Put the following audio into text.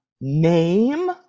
name